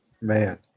Man